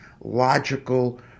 logical